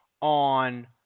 on